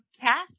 cast